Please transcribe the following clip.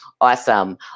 Awesome